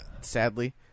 Sadly